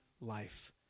life